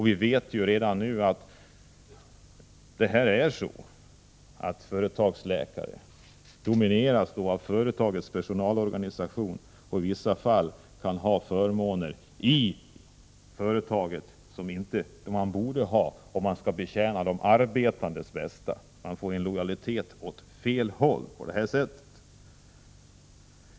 Vi vet att företagsläkare domineras av företagens personalorganisation och i vissa fall kan ha förmåner som man inte borde ha om man skall tjäna de arbetandes bästa. Man får på det sättet en lojalitet åt fel håll.